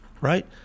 Right